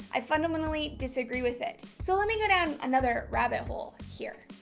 i fundamentally disagree with it. so let me go down another rabbit hole here